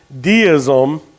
deism